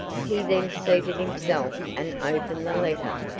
he then seated himself and opened the letter.